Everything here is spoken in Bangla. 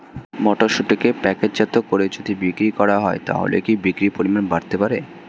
মটরশুটিকে প্যাকেটজাত করে যদি বিক্রি করা হয় তাহলে কি বিক্রি পরিমাণ বাড়তে পারে?